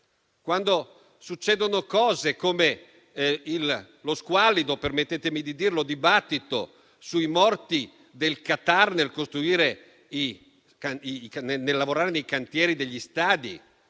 quando succedono cose come lo squallido - permettetemi di dirlo - dibattito sui morti in Qatar, quelli che lavoravano nei cantieri degli stadi;